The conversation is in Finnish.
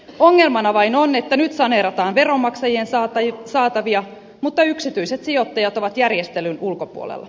ongelmana vain on että nyt saneerataan veronmaksajien saatavia mutta yksityiset sijoittajat ovat järjestelyn ulkopuolella